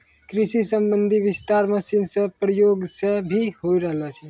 कृषि संबंधी विस्तार मशीन रो प्रयोग से भी होय रहलो छै